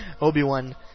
Obi-Wan